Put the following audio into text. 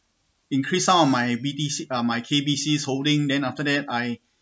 increase some of my B_T_C uh my K_B_C holding then after that I